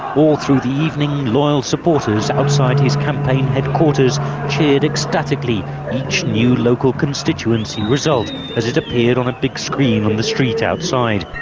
all through the evening, loyal supporters outside his campaign headquarters cheered ecstatically each new local constituency result as it appeared on a big screen on the street outside.